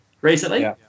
recently